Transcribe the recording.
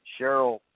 Cheryl